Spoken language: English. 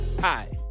Hi